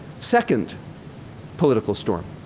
second political storm.